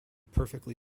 perfectly